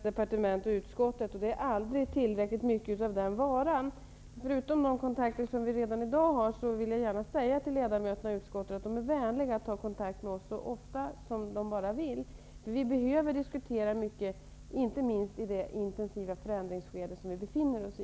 Herr talman! Jag vill bara kort säga att vi i regeringen ser mycket positivt på kontakterna mellan utskott och departement -- det är aldrig tillräckligt mycket av den varan. Förutom de kontakter som vi har redan i dag, vill jag gärna säga att ledamöterna i utskottet är välkomna att ta kontakt med oss så ofta de vill. Vi behöver diskutera mycket, inte minst i det intensiva förändringsskede som vi nu befinner oss i.